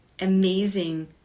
amazing